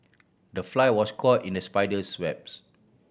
the fly was caught in the spider's webs